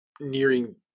nearing